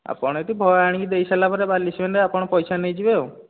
ଆପଣ ଯଦି ଆଣିକି ଦେଇସାରିଲା ପରେ ବାଲି ସିମେଣ୍ଟ ଆପଣ ପଇସା ନେଇ ଯିବେ ଆଉ